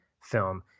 film